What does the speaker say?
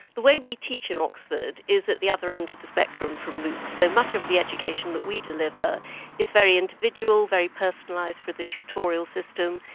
the way we teach in oxford is at the other end of the spectrum from moocs. so, much of the education that we deliver is very individual, very personalised for the tutorial system,